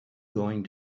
going